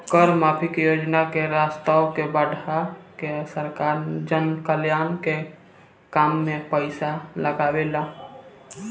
कर माफी के योजना से राजस्व के बढ़ा के सरकार जनकल्याण के काम में पईसा लागावेला